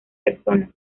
persona